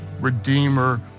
redeemer